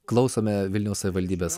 klausome vilniaus savivaldybės